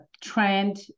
trend